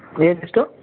age ಎಷ್ಟು